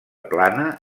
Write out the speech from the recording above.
plana